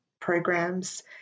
programs